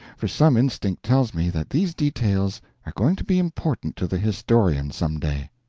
for some instinct tells me that these details are going to be important to the historian some day.